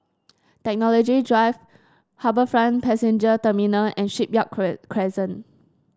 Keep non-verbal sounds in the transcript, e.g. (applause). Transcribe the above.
Technology Drive HarbourFront Passenger Terminal and Shipyard (unintelligible) Crescent